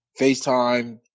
FaceTime